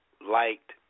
Liked